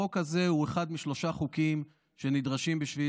החוק הזה הוא אחד משלושה חוקים שנדרשים בשביל